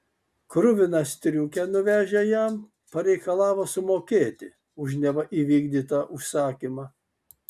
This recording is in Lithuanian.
kruviną striukę nuvežę jam pareikalavo sumokėti už neva įvykdytą užsakymą